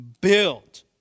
build